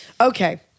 Okay